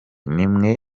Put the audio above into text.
nimwe